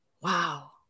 wow